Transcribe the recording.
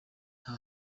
nta